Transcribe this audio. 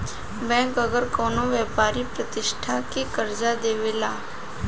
bank अगर कवनो व्यापारिक प्रतिष्ठान के कर्जा देवेला